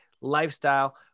lifestyle